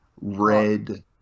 red